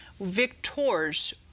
victors